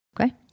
Okay